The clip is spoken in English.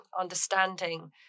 understanding